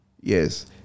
Yes